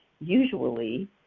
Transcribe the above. usually